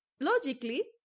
logically